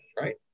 right